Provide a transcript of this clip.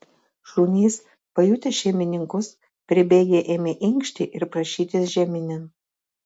šunys pajutę šeimininkus pribėgę ėmė inkšti ir prašytis žeminėn